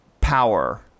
power